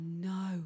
no